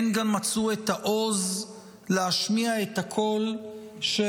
הן גם מצאו את העוז להשמיע את הקול של